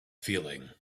feeling